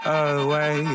away